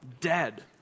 dead